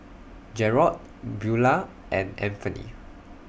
Jarrod Beula and Anfernee